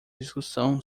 discussão